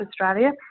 Australia